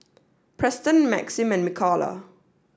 Preston Maxim and Mikala